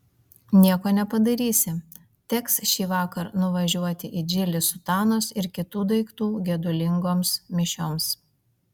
nieko nepadarysi teks šįvakar nuvažiuoti į džilį sutanos ir kitų daiktų gedulingoms mišioms